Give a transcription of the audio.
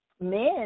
men